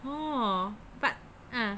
oh but ah